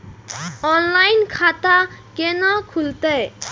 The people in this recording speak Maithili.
ऑनलाइन खाता केना खुलते?